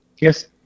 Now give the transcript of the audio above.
Yes